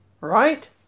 right